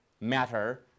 matter